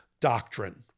doctrine